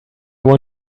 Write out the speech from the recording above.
want